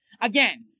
again